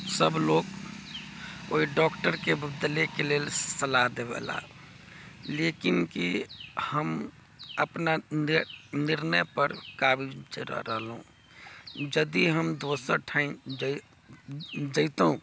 सब लोग ओइ डॉक्टरके बदलेके लेल सलाह देबे लेल लेकिन कि हम अपना निर्णयपर काबिज रहलहुँ यदि हम दोसर ठाम जैतहुँ